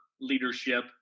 leadership